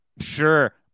Sure